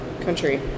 country